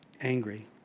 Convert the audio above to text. angry